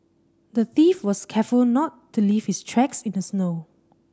the thief was careful not to leave his tracks in the snow